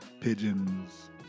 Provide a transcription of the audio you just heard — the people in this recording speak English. pigeons